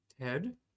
Ted